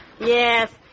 Yes